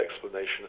explanation